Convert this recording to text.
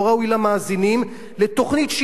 לא ראוי למאזינים לתוכנית,